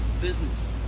business